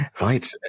Right